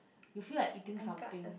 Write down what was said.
you feel like eating something